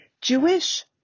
Jewish